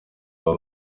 aba